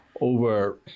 over